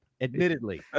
Admittedly